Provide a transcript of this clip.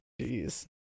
Jeez